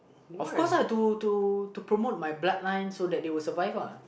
of course lah to to to promote my bloodline so that they will survive lah